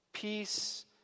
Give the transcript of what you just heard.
Peace